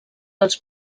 als